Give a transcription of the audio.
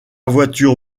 voiture